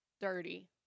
dirty